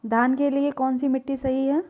धान के लिए कौन सी मिट्टी सही है?